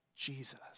Jesus